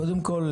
קודם כל,